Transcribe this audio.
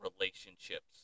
relationships